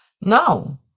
No